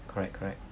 correct correct